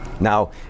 Now